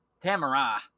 Tamara